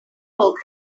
bulk